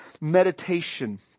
Meditation